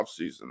offseason